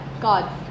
God